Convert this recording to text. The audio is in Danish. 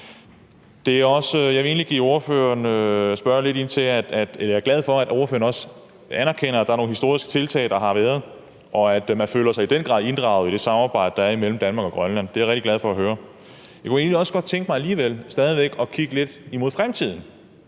at samarbejde med ordføreren. Jeg er glad for, at ordføreren også anerkender, at der har været nogle historiske tiltag, og at man i den grad føler sig inddraget i det samarbejde, der er imellem Danmark og Grønland. Det er jeg rigtig glad for at høre. Jeg kunne egentlig godt tænke mig også at kigge lidt imod fremtiden